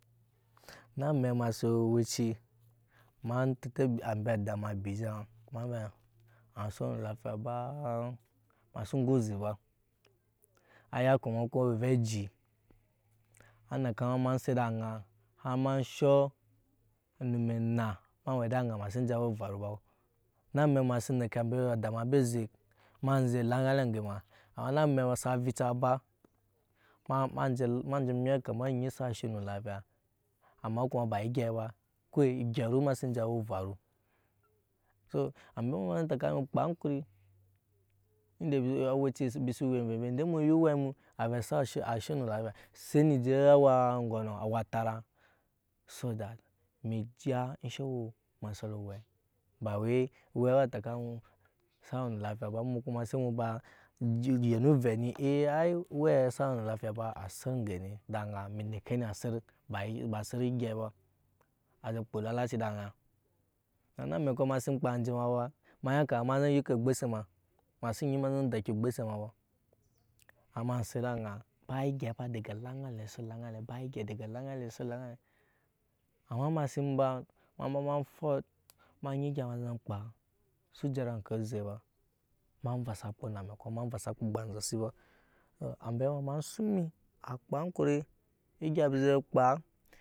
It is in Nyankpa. Na amɛk ema si owɛ ci ma tete ambe ada ema ebirija mavɛ ema si we lafiya ba masi engo eze ba a ya kama owe ovɛ eji har ma shoo onum enna ema owe ede aŋa ema sin je awa evaru ba na amɛk ma sin neke ambe ada ma embe zek ema zek enlaŋ alɛ eŋge ma amma na amɛk sa rica aba enje mwɛt kama onyi sa she nu lafiya amma kuma ba egyei ba egyɛru ema si enje awa evaru so ambe ema si teka emi akpan ankuri ende embi si ya awe ci mbi si we amvevei ende emu ya owɛ mu sa vɛ so that emi ciya owɛ teka enu sa we nu lafiya ba se emu kuma se emu ba yen ovɛ ni owe ema sa we nu lafiya ba a set eŋgeni edaŋa emi neke aset ba se egyɛi edaŋa emi neke aset ba se egyɛi ba a je kpu lala ce eda aŋa ena amɛkɔ ema sin enje yinke ogbose ema si nyi ema enje daki ogbose ema si nyi ema enje dai ogbose ema ba set da aŋa ba engyei ba dege laŋa ale ba egyei ba dege laŋa ale se laŋ ale amma ema sin kpaa su jara ŋke oze ba ema ba envesa akpo ba inzasi ba ambe ema ma suŋ em egya emi saje kpaa.